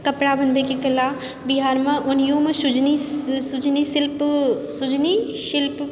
कपड़ा बनबैके कला बिहारमे ओनाहियोमे सूजनी सूजनी शिल्प सूजनी शिल्प